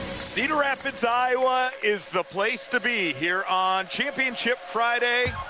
cedar rapids, iowa, is the place to be here on championship friday.